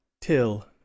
till